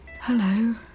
Hello